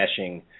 meshing